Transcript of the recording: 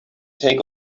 take